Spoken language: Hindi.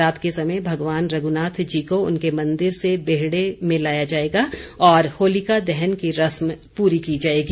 रात के समय भगवान रघुनाथ जी को उनके मंदिर से बेहड़े में लाया जाएगा और होलिका दहन की रस्म पूरी की जाएगी